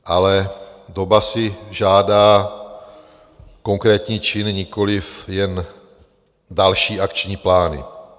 Ale doba si žádá konkrétní činy, nikoliv jen další akční plány.